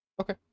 Okay